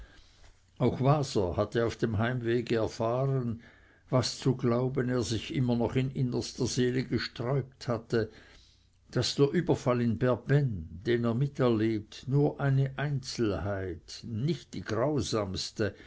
auch waser hatte auf dem heimwege erfahren was zu glauben er sich immer noch in innerster seele gesträubt hatte daß der überfall in berbenn den er miterlebt nur eine einzelnheit und nicht die grausamste